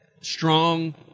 strong